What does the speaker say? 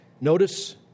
notice